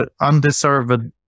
undeserved